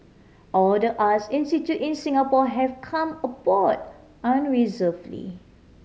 all the arts institute in Singapore have come aboard unreservedly